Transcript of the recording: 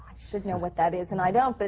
should know what that is, and i don't. but